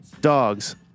dogs